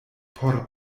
por